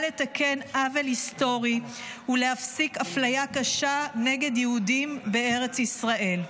לתקן עוול היסטורי ולהפסיק הפליה קשה נגד יהודים בארץ ישראל.